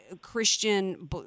Christian